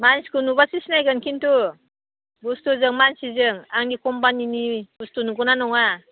मानसिखौ नुबासो सिनायगोन किन्तु बुस्तुजों मानसिजों आंनि कम्पानिनि बुस्तु नंगौना नङा